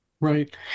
Right